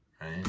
right